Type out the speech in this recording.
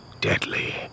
deadly